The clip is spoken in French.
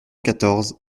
quatorze